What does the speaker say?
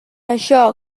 això